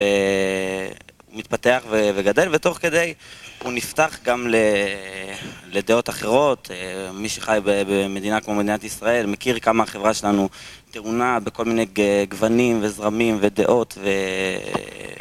הוא מתפתח וגדל, ותוך כדי הוא נפתח גם לדעות אחרות, מי שחי במדינה כמו מדינת ישראל מכיר כמה החברה שלנו טעונה בכל מיני גוונים וזרמים ודעות.